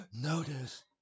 notice